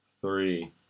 Three